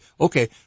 Okay